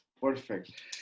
Perfect